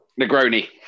Negroni